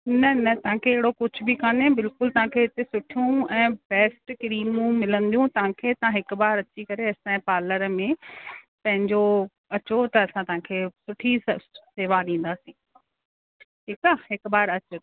न न तव्हांखे अहिड़ो कुझु बि कोन्हे तव्हांखे हिते सुठियूं ऐं पैक़्ड क्रीमूं मिलंदियूं तव्हांखे तव्हां हिकु बार अची करे असांजे पार्लर में पंहिंजो अचो त असां तव्हांखे सुठी स सेवा ॾींदासीं ठीकु आहे हिकु बार अचो